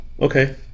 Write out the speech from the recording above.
Okay